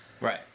Right